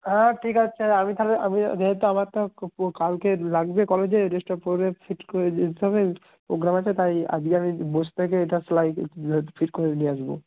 হ্যাঁ ঠিক আছে আমি তাহলে আমি যেহেতু আমার তো খুব কালকেই লাগবে কলেজে ড্রেসতা পরে ফিট করে দিতে হবে পোগ্রাম আছে তাই আজকে আমি বসে থেকে এটা সেলাই ফিট করে নিয়ে আসবো